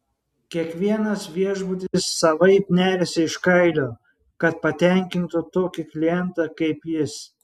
kiekvienas viešbutis savaip neriasi iš kailio kad patenkintų tokį klientą kaip jis